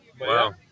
Wow